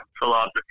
philosophy